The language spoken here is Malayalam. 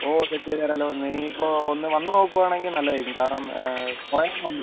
ഓ സെറ്റ് ചെയ്തുതരാമല്ലോ നീ ഇപ്പോൾ ഒന്ന് വന്ന് നോക്കുവാണെങ്കിൽ നല്ലതായിരിക്കും കാരണം കുറേയെണ്ണമുണ്ട്